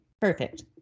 perfect